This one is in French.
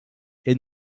est